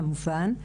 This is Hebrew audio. כמובן,